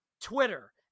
Twitter